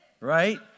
right